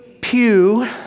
pew